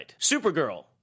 Supergirl